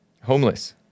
homeless